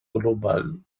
globale